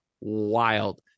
wild